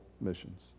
missions